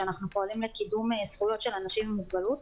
ואנחנו פועלים לקידום זכויות של אנשים עם מוגבלות.